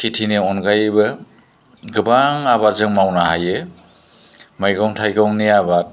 खेथिनि अनगायैबो गोबां आबाद जों मावनो हायो मैगं थाइगंनि आबाद